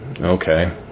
Okay